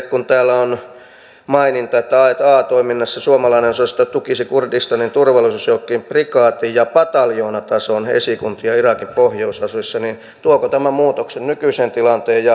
kun täällä on maininta että a a toiminnassa suomalainen osasto tukisi kurdistanin turvallisuusjoukkojen prikaati ja pataljoonatason esikuntia irakin pohjoisosissa niin tuoko tämä muutoksen nykyiseen tilanteeseen ja vaikuttaako se riskitasoon